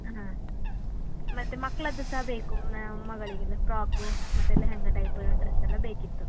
ಹಾಂ ಮತ್ತು ಮಕ್ಕಳದ್ದು ಸಹ ಬೇಕು ಮಗಳಿಗೆಲ್ಲ ಫ್ರಾಕು ಮತ್ತು ಲೆಹೆಂಗಾ ಟೈಪು ಡ್ರೆಸ್ ಎಲ್ಲ ಬೇಕಿತ್ತು